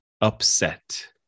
Upset